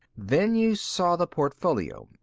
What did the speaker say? then you saw the portfolio.